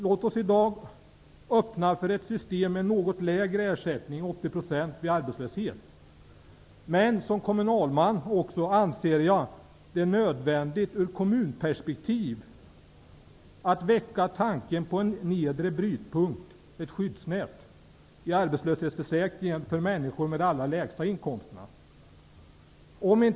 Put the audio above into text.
Låt oss i dag öppna för ett system med något lägre ersättning -- 80 %-- vid arbetslöshet. Som kommunalman anser jag det ur kommunperspektiv vara nödvändigt att tanken på en nedre brytpunkt -- ett skyddsnät -- i arbetslöshetsförsäkringen för människor med de allra lägsta inkomsterna väcks.